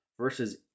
versus